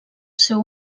seu